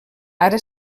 ara